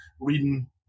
reading